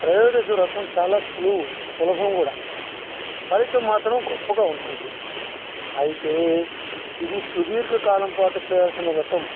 త్రయోదశి వ్రతంచాలా సులువు సులభం కూడా ఫలితం మాత్రం గొప్పగా ఉంటుంది అయితే ఇది సుదీర్ఘ కాలం పాటు చేయాల్సిన వ్రతం